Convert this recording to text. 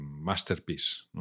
masterpiece